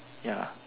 ya